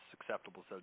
acceptable